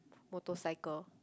motorcycle